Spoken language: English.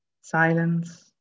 silence